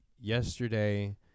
yesterday